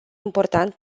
important